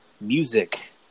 music